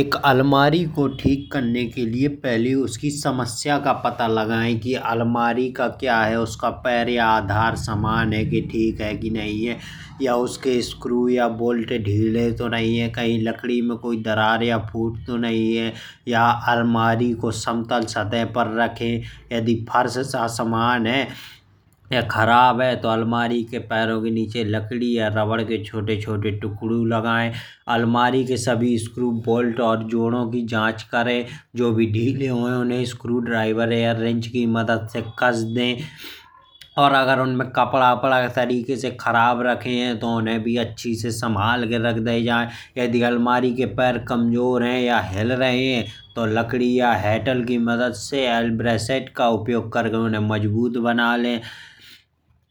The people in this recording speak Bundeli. एक अलमारी को ठीक करने के लिए करने के लिए पहले उसकी समस्या का पता लगाए कि अलमारी का क्या है। उसका पैर या आधार समान है कि ठीक है। कि नहीं है या उसके स्क्रू या बोल्ट ढीले तो नहीं हैं। कहीं लकड़ी में कोई दरार या फूट तो नहीं है। या अलमारी को समतल सतह पर रखें यदि फर्श असमान है खराब है। तो अलमारी के पैरों के नीचे लकड़ी या रबर के छोटे छोटे टुकड़े लगाएं। अलमारी के सभी इस स्क्रू बोल्ट और जोड़नों की जाँच करे जो भी ढीले हुए। उन्हें स्क्रूड्राइवर ये रिंच की मदद से कस दें और अगर उनमें कपड़ा अपड़ा तरीके से खराब रखे हैं। तो उन्हें भी अच्छे से सँभाल के रख दिए जाएं। यदि अलमारी के पैर कमजोर हैं या हिल रहे हैं। तो लकड़ी या हटले की मदद से अल्ब्रैकेट का उपयोग कर के उन्हें मजबूत बना ले।